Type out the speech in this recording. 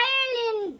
Ireland